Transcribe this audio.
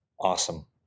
Awesome